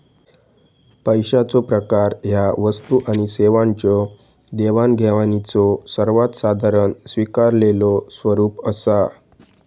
पैशाचो प्रकार ह्या वस्तू आणि सेवांच्यो देवाणघेवाणीचो सर्वात साधारण स्वीकारलेलो स्वरूप असा